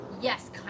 yes